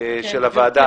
של הוועדה,